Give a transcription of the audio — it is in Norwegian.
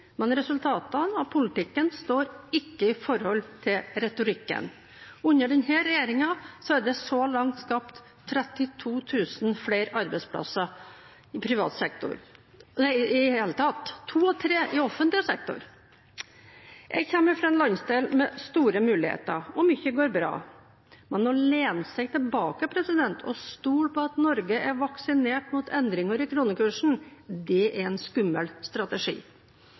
men resultatene av politikken står ikke i forhold til retorikken. Under denne regjeringen er det så langt skapt 32 000 flere arbeidsplasser i det hele tatt, og to av tre i offentlig sektor. Jeg kommer fra en landsdel med store muligheter, og mye går bra, men å lene seg tilbake og stole på at Norge er vaksinert mot endringer i kronekursen, er en skummel strategi.